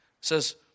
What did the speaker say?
says